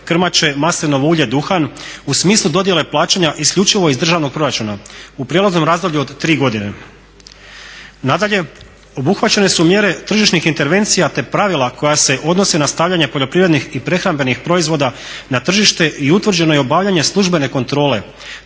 krmače, maslinovo ulje, duhan u smislu dodjele plaćanja isključivo iz državnog proračuna u prijelaznom razdoblju od 3 godine. Nadalje, obuhvaćene su mjere tržišnih intervencija te pravila koja se odnose na stavljanje poljoprivrednih i prehrambenih proizvoda na tržište i utvrđeno je obavljanje službene kontrole